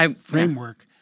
framework